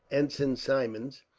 ensign symmonds,